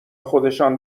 خودشان